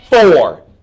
four